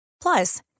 Plus